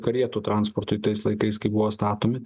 karietų transportui tais laikais kai buvo statomi